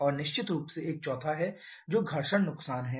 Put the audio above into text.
और निश्चित रूप से एक चौथा है जो घर्षण नुकसान है